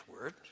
word